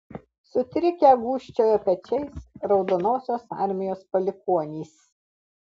sutrikę gūžčiojo pečiais raudonosios armijos palikuonys